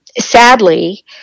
Sadly